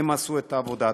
הם עשו את העבודה.